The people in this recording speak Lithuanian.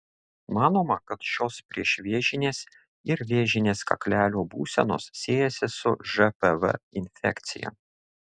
manoma kad šios priešvėžinės ir vėžinės kaklelio būsenos siejasi su žpv infekcija